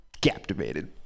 captivated